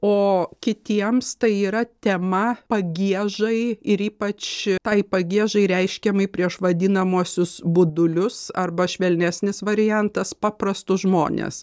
o kitiems tai yra tema pagiežai ir ypač tai pagiežai reiškiamai prieš vadinamuosius budulius arba švelnesnis variantas paprastus žmones